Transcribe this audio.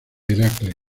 heracles